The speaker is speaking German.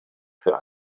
für